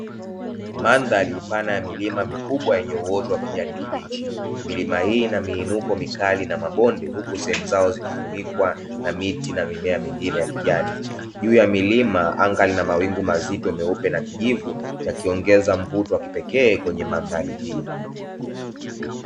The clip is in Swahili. Mandari pana ya milima mikubwa yenye uoto wa kijani kibichi, milima hii ina miinuko mikali na mabonde huku sehemu zao zikifunikwa na miti na mimea mingine ya kijani. Juu ya milima anga lina mawingu mazito meupe na kijivu yakiongeza mvuto wa kipekee kwenye mandhari hii.